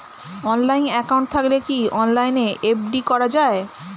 Online account থাকলে কি অনলাইনে এফ.ডি করা যায়?